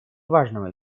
важного